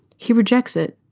he rejects it.